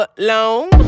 alone